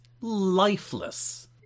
lifeless